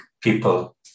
people